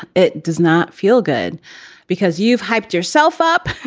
it does not feel good because you've hyped yourself up,